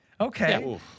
Okay